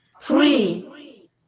three